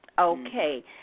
okay